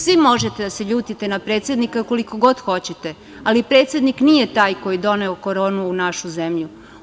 Svi možete da se ljutite na predsednika koliko god hoćete, ali predsednik nije taj koji je doneo koronu u našu zemlju.